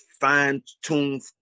fine-tuned